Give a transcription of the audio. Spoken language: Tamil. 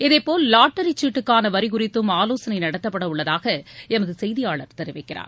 இதேபோல் லாட்டரி சீட்டுக்கான வரி குறித்தும் ஆலோசனை நடத்தப்பட உள்ளதாக எமது செய்தியாளர் தெரிவிக்கிறார்